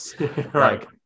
Right